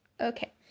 Okay